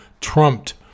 trumped